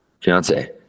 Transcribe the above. fiance